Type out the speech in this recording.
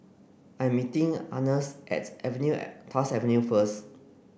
I'm meeting Earnest at Avenue Tuas Avenue first